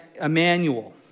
Emmanuel